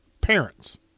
parents